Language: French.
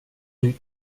rue